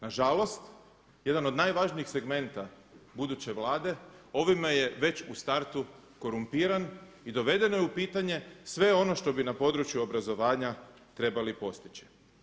Nažalost, jedan od najvažnijih segmenata buduće Vlade ovime je već u startu korumpiran i dovedeno je u pitanje sve ono što bi na području obrazovanja trebali postići.